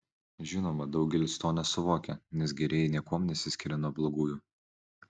žinoma daugelis to nesuvokia nes gerieji niekuom nesiskiria nuo blogųjų